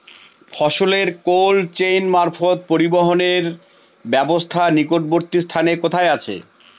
ফসলের cold chain মারফত পরিবহনের ব্যাবস্থা নিকটবর্তী স্থানে কোথায় আছে?